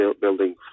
building